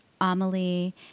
Amelie